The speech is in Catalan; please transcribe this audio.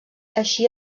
així